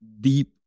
deep